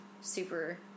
super